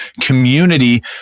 community